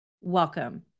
Welcome